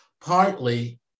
partly